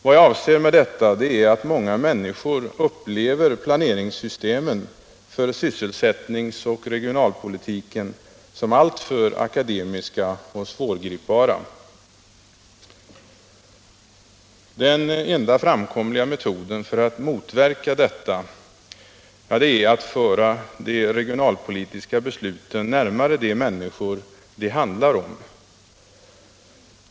Vad jag avser är att många människor upplever planeringssystemen för sysselsättnings och regionalpolitiken som alltför akademiska och svårgripbara. Den enda framkomliga metoden för att motverka detta är att föra de regionalpolitiska besluten närmare de människor besluten handlar om.